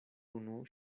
unu